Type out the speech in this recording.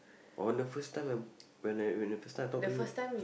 on the first time when when I when I first time I talk to you